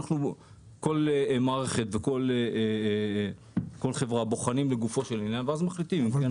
כל מערכת וכל חברה בוחנים לגופו של עניין ואז מחליטים אם כן או לא.